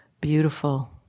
beautiful